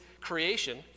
creation